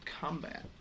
combat